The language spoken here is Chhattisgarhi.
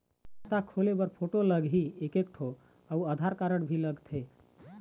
खाता खोले बर फोटो लगही एक एक ठो अउ आधार कारड भी लगथे?